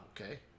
okay